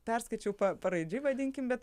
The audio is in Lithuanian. perskaičiau pa paraidžiui vadinkim bet